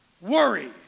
worry